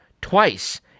twice